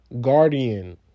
guardian